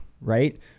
right